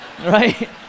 right